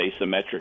asymmetric